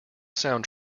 sound